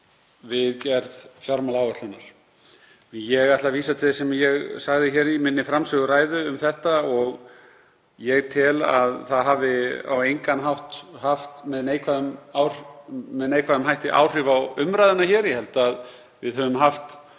við gerð fjármálaáætlunar. Ég ætla að vísa til þess sem ég sagði í framsöguræðu minni um þetta og ég tel að það hafi á engan hátt haft neikvæð áhrif á umræðuna hér. Ég held að við höfum haft